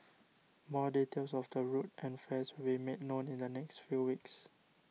more details of the route and fares will be made known in the next few weeks